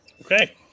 Okay